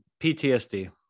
PTSD